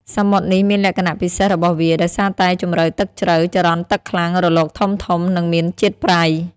សមុទ្រនេះមានលក្ខណៈពិសេសរបស់វា ដោយសារតែជម្រៅទឹកជ្រៅ ចរន្តទឹកខ្លាំង រលកធំៗ និងមានជាតិប្រៃ។